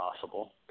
possible